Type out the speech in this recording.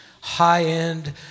high-end